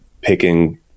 picking